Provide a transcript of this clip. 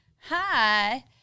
hi